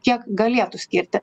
kiek galėtų skirti